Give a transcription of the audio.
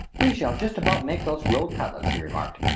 we shall just about make those grilled cutlets, he remarked.